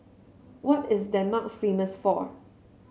what is Denmark famous for